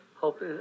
Hope